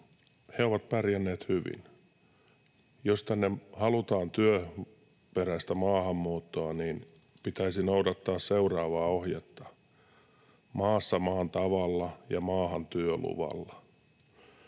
— ovat pärjänneet hyvin. Jos tänne halutaan työperäistä maahanmuuttoa, niin pitäisi noudattaa seuraavaa ohjetta: maassa maan tavalla ja maahan työluvalla.